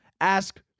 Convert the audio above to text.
ask